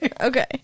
Okay